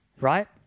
right